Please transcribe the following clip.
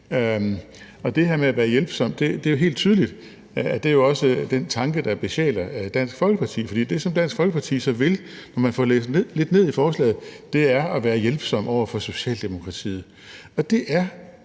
det her med at være hjælpsom er helt tydeligt også den tanke, der besjæler Dansk Folkeparti, for det, man kan se Dansk Folkeparti vil, når man får læst lidt ned i forslaget, er at være hjælpsom over for Socialdemokratiet, og det er